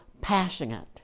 passionate